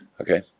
Okay